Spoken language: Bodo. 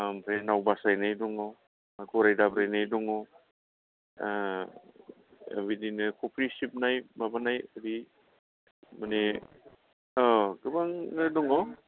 मफ्राय नाव बासायनाय दङ गराइ दाब्रायनाय दङ आह बिदिनो खफ्रि सिबनाय माबानाय बे माने गोबांनो दङ